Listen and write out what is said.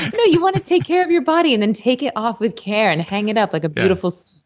no, you want to take care of your body, and then take it off with care, and hang it up like a beautiful so